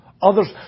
Others